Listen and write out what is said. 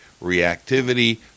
reactivity